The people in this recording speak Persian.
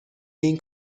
این